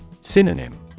Synonym